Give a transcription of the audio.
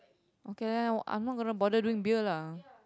okay then I I'm not gonna bother doing beer lah